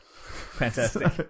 fantastic